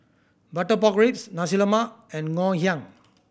butter pork ribs Nasi Lemak and Ngoh Hiang